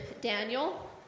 Daniel